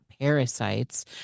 parasites